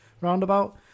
roundabout